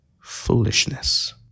foolishness